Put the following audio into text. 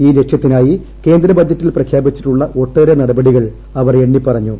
ഈ ലക്ഷ്യത്തിനായി കേന്ദ്ര ബജറ്റിൽ പ്രഖ്യാപിച്ചിട്ടുള്ള ഒട്ടേറെ നടപടികൾ അവർ എണ്ണി പറഞ്ഞു